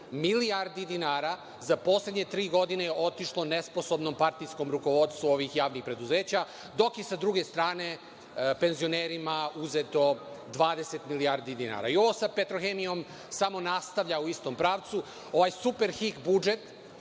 milijardi dinara za poslednje tri godine otišlo nesposobnom partijskom rukovodstvu ovih javnih preduzeća, dok i je sa druge strane penzionerima uzeto 20 milijardi dinara. Ovo sa „Petrohemijom“ samo nastavlja u istom pravcu. Ovaj super hik budžet